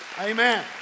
Amen